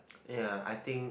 ya I think